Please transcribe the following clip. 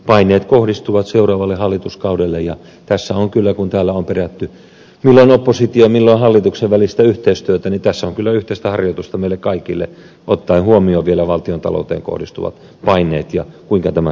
paineet kohdistuvat seuraavalle hallituskaudelle ja tässä on kyllä kun täällä on perätty milloin opposition milloin hallituksen yhteistyötä yhteistä harjoitusta meille kaikille ottaen huomioon vielä valtiontalouteen kohdistuvat paineet ja se kuinka tämä sitten hoidetaan